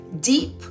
deep